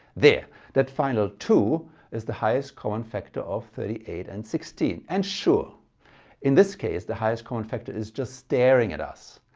there that final two is the highest common factor of thirty eight and sixteen. and sure in this case the highest common factor is just staring at us.